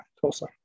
Tulsa